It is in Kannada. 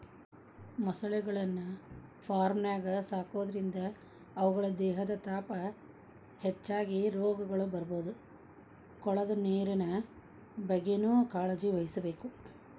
ಮೊಸಳೆಗಳನ್ನ ಫಾರ್ಮ್ನ್ಯಾಗ ಸಾಕೋದ್ರಿಂದ ಅವುಗಳ ದೇಹದ ತಾಪ ಹೆಚ್ಚಾಗಿ ರೋಗಗಳು ಬರ್ಬೋದು ಕೊಳದ ನೇರಿನ ಬಗ್ಗೆನೂ ಕಾಳಜಿವಹಿಸಬೇಕು